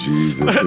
Jesus